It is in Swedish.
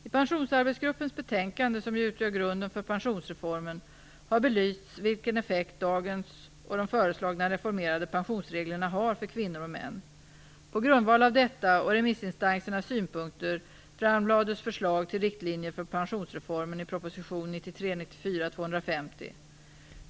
I Pensionsarbetsgruppens betänkande, som ju utgör grunden för pensionsreformen, har belysts vilken effekt dagens regler och de föreslagna reformerade pensionsreglerna har för kvinnor och män. På grundval av detta och remissinstansernas synpunkter framlades förslag till riktlinjer för pensionsreformen i proposition 1993/94:250.